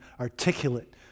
articulate